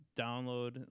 Download